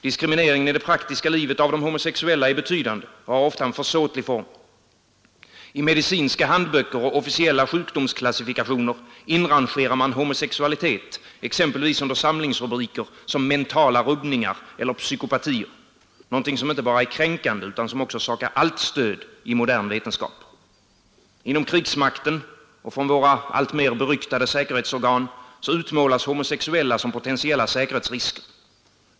Diskrimineringen i det praktiska livet av de homosexuella är betydande och har ofta en försåtlig form. I medicinska handböcker och officiella sjukdomsklassifikationer inrangerar man homosexualitet exempelvis under samlingsrubriker som ”mentala rubbningar” eller ”psykopatier”, något som inte bara är kränkande utan också saknar allt stöd i modern vetenskap. Inom krigsmakten och från våra alltmer beryktade säkerhetsorgan utmålas homosexuella som potentiella säkerhetsrisker.